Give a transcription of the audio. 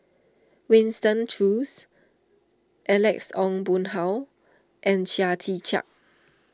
Winston Choos Alex Ong Boon Hau and Chia Tee Chiak